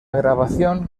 grabación